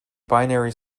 binary